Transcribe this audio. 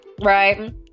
right